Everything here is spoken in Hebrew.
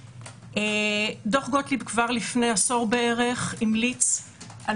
דוח גוטליב כבר לפני עשור בערך המליץ על